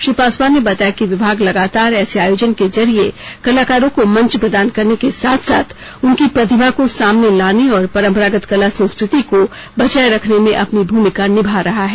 श्री पासवान ने बताया कि विभाग लगातार ऐसे आयोजन के जरिये कलाकारों को मंच प्रदान करने के साथ साथ उनकी प्रतिभा को सामने लाने और परंपरागत कला संस्कृति को बचाये रखने में अपनी भूमिका निभा रहा है